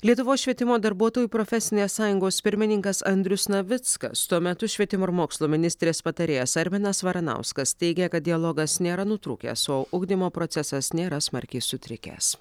lietuvos švietimo darbuotojų profesinės sąjungos pirmininkas andrius navickas tuo metu švietimo ir mokslo ministrės patarėjas arminas varanauskas teigia kad dialogas nėra nutrūkęs o ugdymo procesas nėra smarkiai sutrikęs